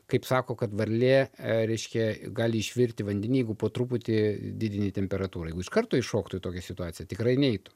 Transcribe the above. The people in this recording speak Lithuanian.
kaip sako kad varlė reiškia gali išvirti vandeny jeigu po truputį didini temperatūrą jeigu iš karto įšoktų į tokią situaciją tikrai neitų